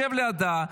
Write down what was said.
שב לידה,